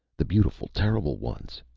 the beautiful, terrible ones,